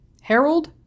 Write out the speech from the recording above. Harold